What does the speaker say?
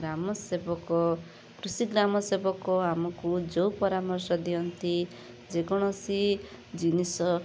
ଗ୍ରାମ ସେବକ କୃଷି ଗ୍ରାମ ସେବକ ଆମକୁ ଯେଉଁ ପରାମର୍ଶ ଦିଅନ୍ତି ଯେକୌଣସି ଜିନିଷ